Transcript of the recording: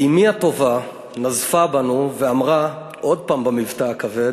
ואמי הטובה נזפה בנו ואמרה, עוד פעם במבטא הכבד: